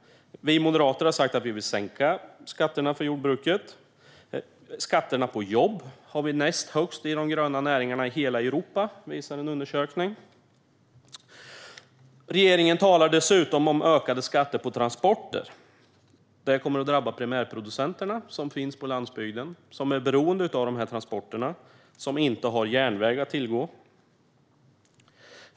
Vi Moderater har sagt att vi vill sänka skatterna för jordbruket. Våra skatter på jobb ligger näst högst inom de gröna näringarna i hela Europa, det visar en undersökning. Regeringen talar dessutom om ökade skatter på transporter, vilket kommer att drabba primärproducenterna på landsbygden. De är beroende av transporter. De har inte järnvägar att tillgå.